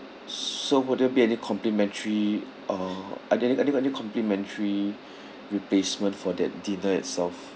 s~ so would there be any complimentary uh are there any any complimentary replacement for that dinner itself